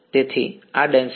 તેથી આ ડેન્સ છે